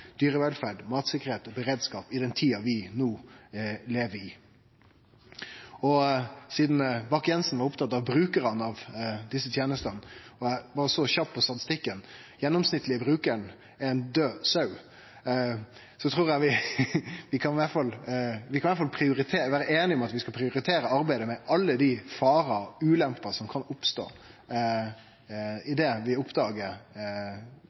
dyrevelferd, matsikkerheit og beredskap i den tida vi no lever i. Og sidan Bakke-Jensen var opptatt av brukarane av desse tenestene, og var så kjapp med statistikken: Den gjennomsnittlege brukaren er ein død sau. Så vi kan iallfall vere einige om at vi skal prioritere arbeidet med alle dei farar og ulemper som kan oppstå, idet vi